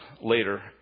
later